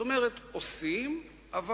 הוא